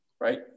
right